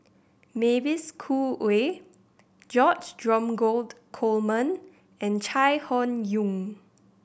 Mavis Khoo Oei George Dromgold Coleman and Chai Hon Yoong